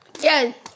Yes